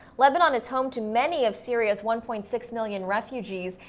lebanon is home to many of syria's one point six million refugees,